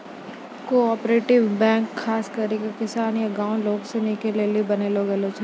cooperative bank खास करी के किसान या गांव के लोग सनी के लेली बनैलो गेलो छै